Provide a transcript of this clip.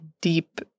deep